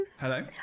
Hello